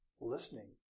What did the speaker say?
listening